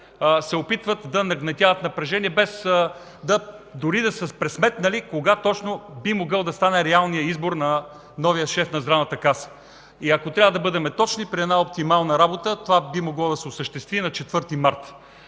се опитват да нагнетяват напрежение без дори да са пресметнали кога точно би могъл да стане реалният избор на новия шеф на Здравната каса. И ако трябва да бъдем точни, при една оптимална работа това би могло да се осъществи и на 4 март